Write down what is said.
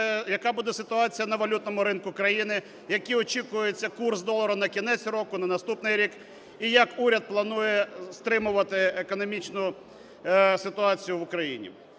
яка буде ситуація на валютному ринку країни, який очікується курс долара на кінець року, на наступний рік і як уряд планує стримувати економічну ситуацію в Україні.